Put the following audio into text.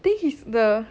this is the